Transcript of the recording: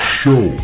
show